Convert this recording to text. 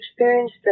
experienced